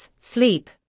Sleep